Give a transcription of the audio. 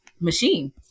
machine